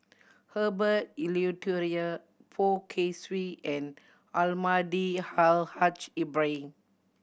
Herbert Eleuterio Poh Kay Swee and Almahdi Al Haj Ibrahim